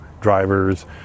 drivers